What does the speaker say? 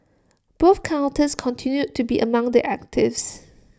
both counters continued to be among the actives